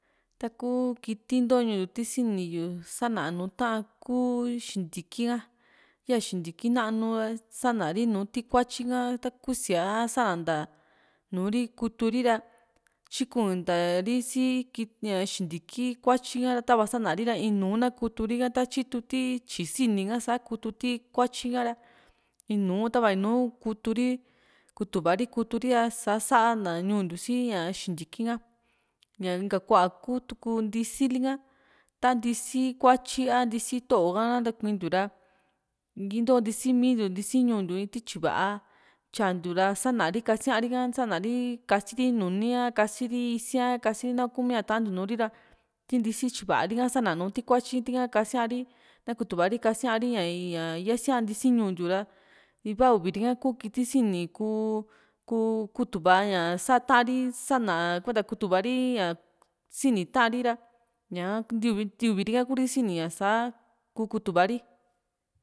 taku kiti ntoo ñuu yu ti sini yu sa´na nùù ta´an ku xintiki ka ya xiktiki nanu sana ri nùù tikuatyi ka ta kuu siá santa nùu ri kutu ri ra tyikuni ntari si ña xintiki kuatyi ha ytava sa´na ra tava iinu na kutu ri´ka ta tyitu ti tyi sini ka sa kutu ti kuatyui ka´ra inu tava inu kutu ri kutuva ri kutu ri sa´sa na ñuu ntiu sii ña xintiki ha ña inka kua kutu ku ntisi lika ta ntisi kuatyi a ntisi to´o ka kuintiu ra into ntisi miintiu ntisi ñuu ntiu ra tii tyivaa tyantiu ra sana ri kasi´ari ka sa´na ri kasi ri nuni akasiri isia kasi nahua kumia tantiu Nuri ra ntisi va´a lika sa´na nuu ti kuatyi ha kasiari kutu vaa rikasiari ña ña yasia ntisi ñuu ntiu ra iva uvi ri ka kuu kiti sini kuu kuu kutuva ña sa´a ta´an ri sa´na kuenta kutuva ri ña si´ni ta´an ri ra ña´a ntiu nti uvi ri´ka Kuri sini ña saa kuu kutuva ri